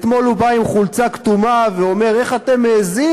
אתמול הוא בא עם חולצה כתומה ואומר: איך אתם מעזים